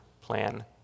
plan